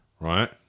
right